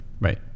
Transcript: right